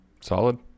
solid